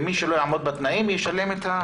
ומי שלא יעמוד בתנאים, ישלם את הקנס.